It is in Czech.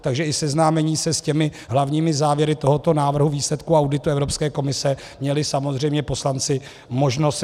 Takže i seznámení se s těmi hlavními závěry tohoto návrhu výsledku auditu Evropské komise měli samozřejmě poslanci možnost se s ním seznámit.